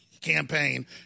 campaign